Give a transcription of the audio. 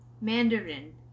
Mandarin